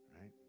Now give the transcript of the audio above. Right